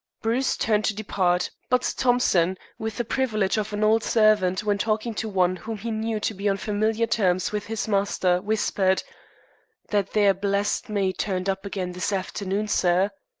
bruce turned to depart, but thompson, with the privilege of an old servant when talking to one whom he knew to be on familiar terms with his master, whispered that there blessed maid turned up again this afternoon, sir.